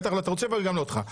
בטח לא את ערוץ 7 וגם לא אותך.